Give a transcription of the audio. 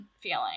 feeling